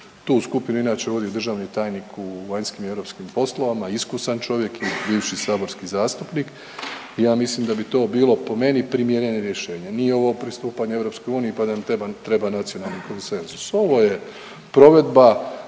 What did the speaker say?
Tu skupinu inače vodi državni tajnik u vanjskim i europskim poslovima, iskusan čovjek, bivši saborski zastupnik. I ja mislim da bi to bilo po meni primjereno rješenje. Nije ovo pristupanje EU pa da nam treba nacionalni konsenzus. Ovo je provedba